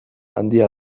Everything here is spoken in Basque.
handia